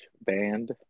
band